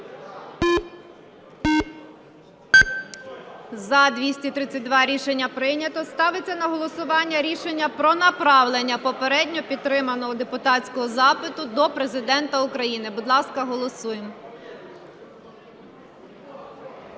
За-232 Рішення прийнято. Ставиться на голосування рішення про направлення попередньо підтриманого депутатського запиту до Президента України. Будь ласка, голосуємо.